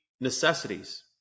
necessities